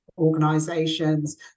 organizations